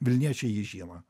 vilniečiai jį žino